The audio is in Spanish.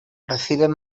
reciben